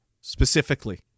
specifically